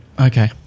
Okay